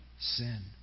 sin